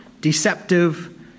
deceptive